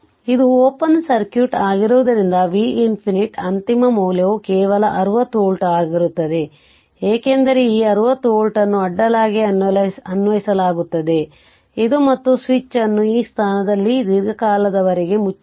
ಆದ್ದರಿಂದ ಇದು open circuit ಆಗಿರುವುದರಿಂದ V ∞ ಅಂತಿಮ ಮೌಲ್ಯವು ಕೇವಲ 60 ವೋಲ್ಟ್ ಆಗಿರುತ್ತದೆ ಏಕೆಂದರೆ ಈ 60 ವೋಲ್ಟ್ ಅನ್ನು ಅಡ್ಡಲಾಗಿ ಅನ್ವಯಿಸಲಾಗುತ್ತದೆ ಇದು ಮತ್ತು ಸ್ವಿಚ್ ಅನ್ನು ಈ ಸ್ಥಾನದಲ್ಲಿ ದೀರ್ಘಕಾಲದವರೆಗೆ ಮುಚ್ಚಲಾಗಿದೆ